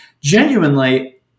genuinely